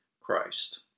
Christ